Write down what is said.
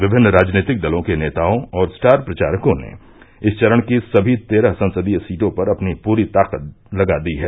विभिन्न राजनीतिक दलों के नेताओं और स्टार प्रचारकों ने इस चरण की सभी तेरह संसदीय सीटों पर अपनी पूरी ताकत लगा दी है